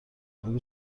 بگو